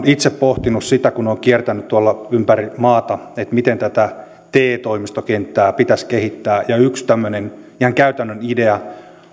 itse pohtinut sitä kun olen kiertänyt tuolla ympäri maata että miten tätä te toimistokenttää pitäisi kehittää ja yksi tämmöinen ihan käytännön idea